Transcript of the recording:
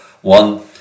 One